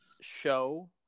show